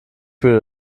würde